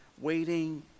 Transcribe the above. waiting